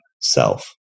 self